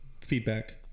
feedback